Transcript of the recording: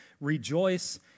rejoice